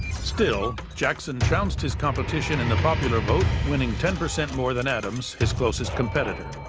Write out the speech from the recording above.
still, jackson trounced his competition in the popular vote, winning ten percent more than adams, his closest competitor,